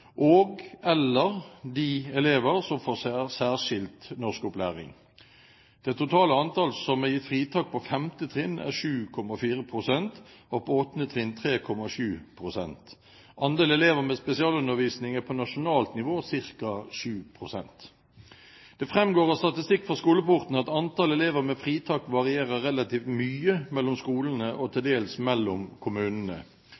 de elever som får særskilt norskopplæring. Det totale antall som er gitt fritak på 5. trinn, er 7,4 pst. og på 8. trinn 3,7 pst. Andel elever med spesialundervisning er på nasjonalt nivå ca. 7 pst. Det framgår av statistikk fra Skoleporten at antall elever med fritak varierer relativt mye mellom skolene og til